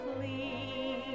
please